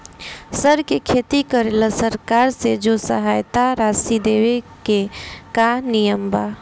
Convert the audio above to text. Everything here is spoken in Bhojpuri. सर के खेती करेला सरकार से जो सहायता राशि लेवे के का नियम बा?